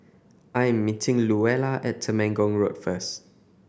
I am meeting Luella at Temenggong Road first